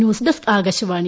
news desk Akashvani